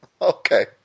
Okay